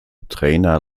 trainer